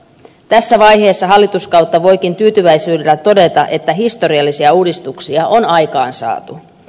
tässä vaiheessa hallituskautta voikin tyytyväisyydellä todeta että historiallisia uudistuksia on aikaansaatu